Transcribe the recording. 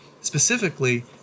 specifically